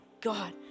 God